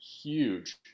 huge